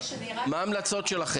מה ההמלצות שלכם?